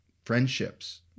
Friendships